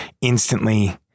instantly